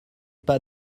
pas